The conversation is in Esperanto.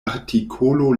artikolo